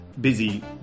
busy